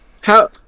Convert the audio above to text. how-